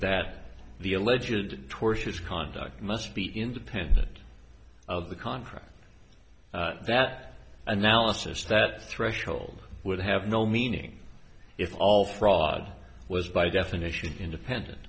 that the alleged tortious conduct must be independent of the contract that analysis that threshold would have no meaning if all fraud was by definition independent